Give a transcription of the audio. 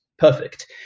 perfect